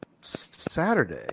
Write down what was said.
Saturday